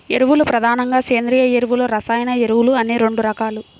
ఎరువులు ప్రధానంగా సేంద్రీయ ఎరువులు, రసాయన ఎరువులు అని రెండు రకాలు